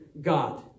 God